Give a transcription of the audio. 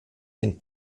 den